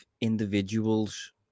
individuals